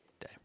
day